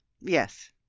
Yes